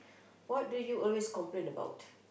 what do you always complain about